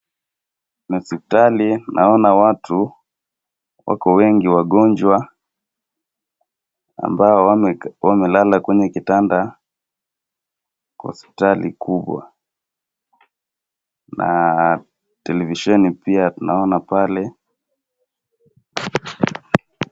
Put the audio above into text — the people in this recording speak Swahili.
Kuna hosipitali, naona watu wako wengi wagonjwa ambao wamelala kwenye kitanda, hosipitali kubwa na televisheni pia tunaona pale.